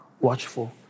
watchful